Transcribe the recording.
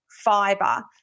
fiber